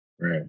Right